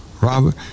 Robert